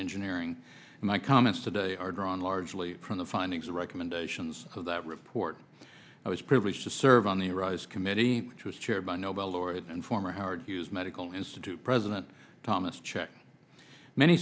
engineering my comments today are drawn largely from the findings and recommendations of that report i was privileged to serve on the rise committee which was chaired by nobel laureate and former howard hughes medical institute president thomas check many